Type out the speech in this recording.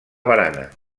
barana